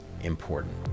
important